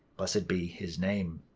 blessed be his name.